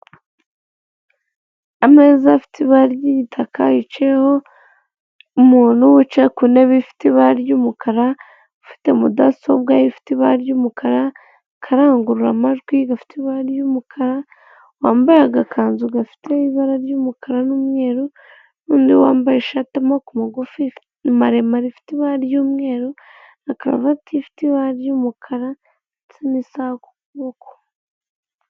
Ameza afite ibara ry'igitaka yicayeho umuntu wicaye ku ntebe ifite ibara ry'umukara ufite mudasobwa ifite ibara ry'umukara karangurura amajwi gafite ibara ry'umukara wambaye agakanzu gafite ibara ry'umukara n'umweru noneho wambaye ishati y'amaboko maremare ifite ibara ry'umweru na karuvati ifite ibara ry'umukara ndetse n'isaha ku kaboko.